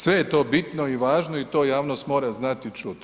Sve je to bitno i važno i to javnost mora znat i čut.